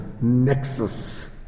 nexus